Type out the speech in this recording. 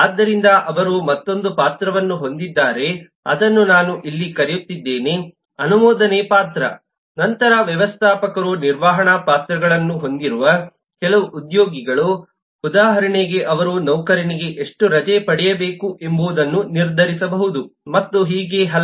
ಆದ್ದರಿಂದ ಅವರು ಮತ್ತೊಂದು ಪಾತ್ರವನ್ನು ಹೊಂದಿದ್ದಾರೆ ಅದನ್ನು ನಾನು ಇಲ್ಲಿ ಕರೆಯುತ್ತಿದ್ದೇನೆ ಅನುಮೋದನೆ ಪಾತ್ರ ನಂತರ ವ್ಯವಸ್ಥಾಪಕರು ನಿರ್ವಹಣಾ ಪಾತ್ರಗಳನ್ನು ಹೊಂದಿರುವ ಕೆಲವು ಉದ್ಯೋಗಿಗಳು ಉದಾಹರಣೆಗೆ ಅವರು ನೌಕರನಿಗೆ ಎಷ್ಟು ರಜೆ ಪಡೆಯಬೇಕು ಎಂಬುದನ್ನು ನಿರ್ಧರಿಸಬಹುದು ಮತ್ತು ಹೀಗೆ ಹಲವು